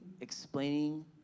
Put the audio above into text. explaining